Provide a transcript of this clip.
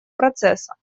процесса